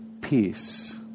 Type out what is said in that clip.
peace